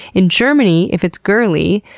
in germany, if it's girly,